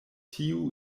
tiu